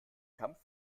kampf